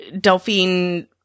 Delphine